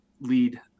lead